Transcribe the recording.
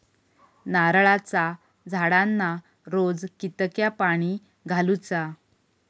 नारळाचा झाडांना रोज कितक्या पाणी घालुचा?